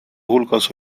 hulgas